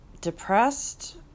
depressed